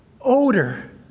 odor